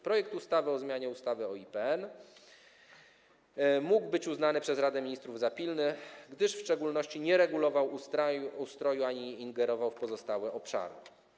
Projekt ustawy o zmianie ustawy o IPN mógł być uznany przez Radę Ministrów za pilny, gdyż w szczególności nie regulował ustroju ani nie ingerował w pozostałe obszary.